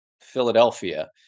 Philadelphia